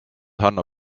hanno